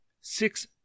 six